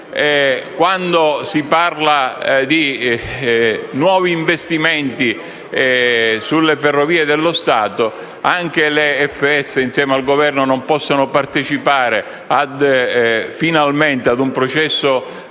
quando si parla di nuovi investimenti sulle Ferrovie dello Stato, anche le FS insieme al Governo non possono partecipare finalmente ad un processo e